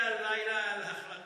על פי המסגרת שקבעה ועדת הכנסת.